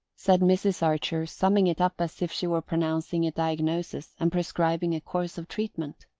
said mrs. archer, summing it up as if she were pronouncing a diagnosis and prescribing a course of treatment,